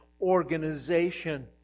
organization